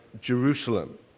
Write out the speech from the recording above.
Jerusalem